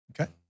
Okay